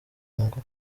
ngo